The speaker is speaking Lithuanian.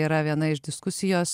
yra viena iš diskusijos